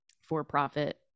for-profit